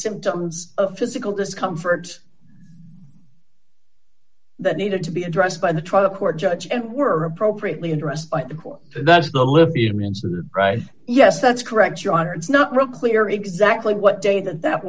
symptoms of physical discomfort that needed to be addressed by the trial court judge and were appropriately addressed by the court that's the libyans right yes that's correct your honor it's not really clear exactly what day that that